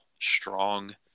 strong